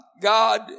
God